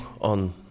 on